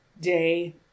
day